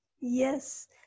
yes